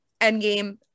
Endgame-